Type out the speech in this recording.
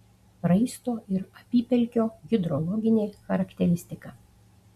raisto ir apypelkio hidrologinė charakteristika